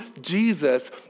Jesus